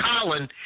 Colin